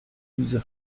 widzę